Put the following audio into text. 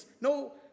no